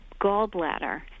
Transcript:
gallbladder